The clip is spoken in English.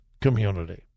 community